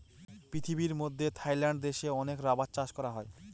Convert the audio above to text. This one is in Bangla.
পৃথিবীর মধ্যে থাইল্যান্ড দেশে অনেক রাবার চাষ করা হয়